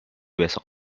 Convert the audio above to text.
besok